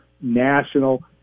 national